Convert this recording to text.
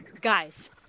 Guys